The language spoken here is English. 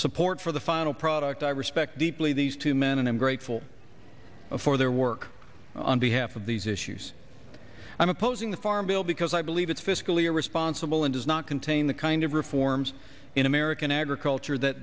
support for the final product i respect deeply these two men and i'm grateful for their work on behalf of these issues i'm opposing the farm bill because i believe it's fiscally responsible and does not contain the kind of reforms in american agriculture that